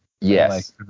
Yes